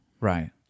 Right